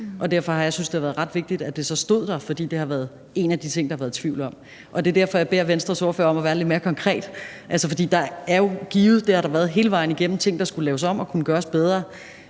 om. Derfor har jeg syntes, det har været ret vigtigt, at det så stod der, for det har været en af de ting, der har været tvivl om. Det er derfor, jeg beder Venstres ordfører om at være lidt mere konkret. For der er jo givet ting – det har der været hele vejen igennem – der skulle laves om, og som kunne gøres bedre,